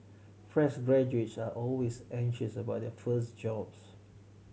fresh graduates are always anxious about their first job